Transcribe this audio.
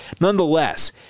nonetheless